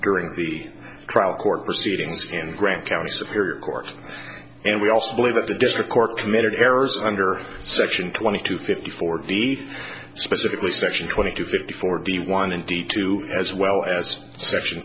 during the trial court proceedings and grant county superior court and we also believe that the district court committed errors under section twenty two fifty four v specifically section twenty two fifty forty one and the two as well as s